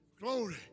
Glory